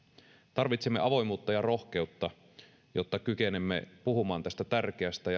tarvitsemme avoimuutta ja rohkeutta jotta kykenemme puhumaan tästä tärkeästä